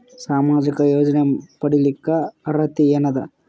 ಸಾಮಾಜಿಕ ಯೋಜನೆ ಪಡಿಲಿಕ್ಕ ಅರ್ಹತಿ ಎನದ?